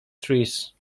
trees